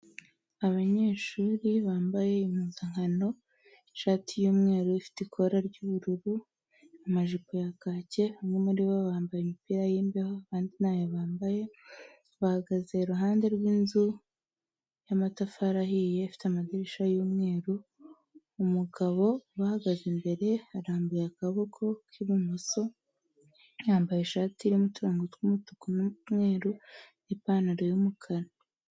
Abanyeshuri bambaye impupankano, ishati y'umweru ifite ikoti ry'ubururu, amajipo ya kake, bamwe muri bo bambaye imipira y'imbeho aband ntayo bambaye, bahagaze iruhande rw'inzu y'amatafari ahiye ifite amadirishya y'umweru, umugabo ubahagaze imbere arambuye akaboko k'ibumoso, yambaye ishati irimo uturongo tw'umutuku n'umweru n'ipantaro y'umukara.